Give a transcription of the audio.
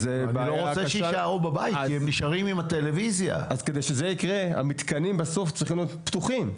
אז כדי שזה יקרה המתקנים בסוף צריך להיות פתוחים,